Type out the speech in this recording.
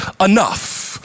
enough